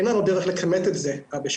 אין לנו דרך לכמת את זה בשטח,